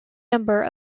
number